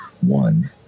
one